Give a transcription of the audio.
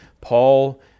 Paul